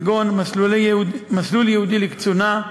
כגון מסלול ייעודי לקצונה,